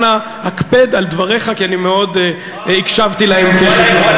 אנא הקפד על דבריך, כי אני הקשבתי להם קשב רב.